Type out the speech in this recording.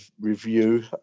review